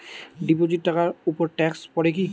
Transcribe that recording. Deposit টাকার উপর tax পড়ে কি?